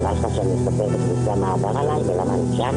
הבושה הנוספת כאמא,